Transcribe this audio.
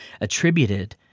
attributed